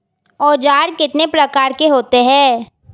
औज़ार कितने प्रकार के होते हैं?